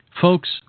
Folks